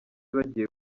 bagiye